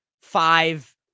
five